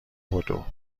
بدو